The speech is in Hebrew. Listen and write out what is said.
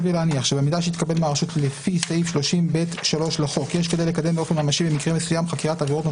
כל נתון שהתקבל במאגר המידע לפי החוק וכן כל עיבוד שלו,